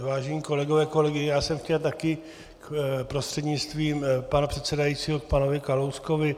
Vážení kolegové, kolegyně, já jsem chtěl také prostřednictvím pana předsedajícího k panu Kalouskovi.